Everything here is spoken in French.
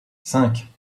cinq